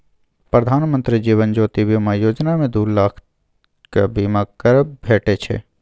प्रधानमंत्री जीबन ज्योती बीमा योजना मे दु लाखक बीमा कबर भेटै छै